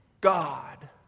God